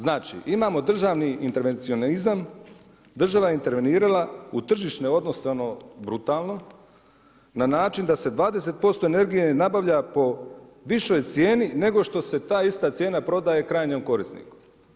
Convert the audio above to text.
Znači imamo državni intervencionizam, država je intervenirala u tržišne odnose brutalno na način da se 20% energije nabavlja po višoj cijeni nego što se ta ista cijena prodaje krajnjem korisniku.